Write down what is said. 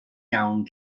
iawn